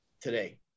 today